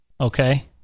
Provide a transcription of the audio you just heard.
Okay